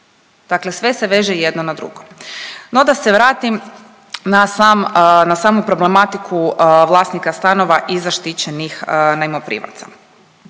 Dakle sve se veže jedno na drugo. No da se vratim na samu problematiku vlasnika stanova i zaštićenih najmoprimaca.